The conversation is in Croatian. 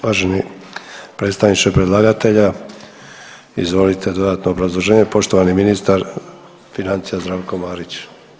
Uvaženi predstavniče predlagatelja izvolite dodatno obrazloženje, poštovani ministar financija Zdravko Marić.